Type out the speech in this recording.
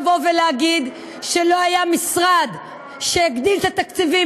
לבוא ולהגיד שלא היה משרד שהגדיל את התקציבים